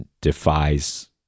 defies